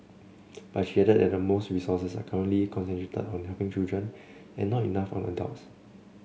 but she added that most resources are currently concentrated on helping children and not enough on adults